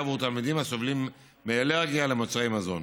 עבור תלמידים הסובלים מאלרגיה למוצרי מזון.